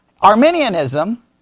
Arminianism